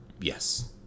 yes